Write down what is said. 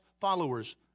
followers